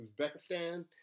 Uzbekistan